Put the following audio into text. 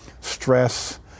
stress